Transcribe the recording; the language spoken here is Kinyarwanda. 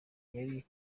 yari